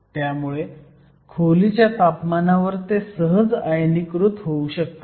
त्यामुळे खोलीच्या तापमानावर ते सहज आयनीकृत होऊ शकतात